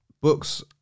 books